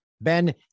Ben